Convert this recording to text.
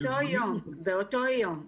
מתוך ה-15 אלף